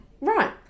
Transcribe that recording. Right